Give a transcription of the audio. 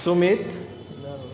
Sumit